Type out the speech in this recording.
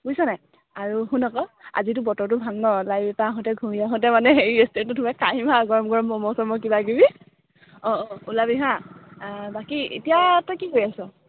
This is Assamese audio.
বুইছ নাই আৰু শুন আকৌ আজিতো বতৰটো ভাল ন' লাইবেৰীৰপৰা আহোতে ঘূৰি আহোতে মানে হেৰি ৰেষ্টুৰেন্টত সোমাই খাই আহিম হাঁ গৰম গৰম মম' চম' কিবাকিবি অঁ অঁ ওলাবি হাঁ বাকী এতিয়া তই কি কৰি আছ